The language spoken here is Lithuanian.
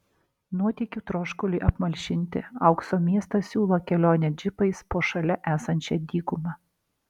nuotykių troškuliui apmalšinti aukso miestas siūlo kelionę džipais po šalia esančią dykumą